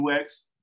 UX